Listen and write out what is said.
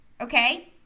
okay